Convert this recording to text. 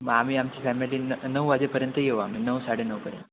मग आम्ही आमची फॅमिली न नऊ वाजेपर्यंत येऊ आम्ही नऊ साडे नऊपर्यंत